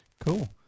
Cool